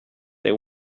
they